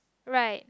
right